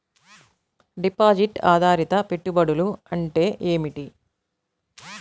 Deposit ఆధారిత పెట్టుబడులు అంటే ఏమిటి?